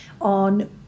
on